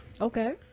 Okay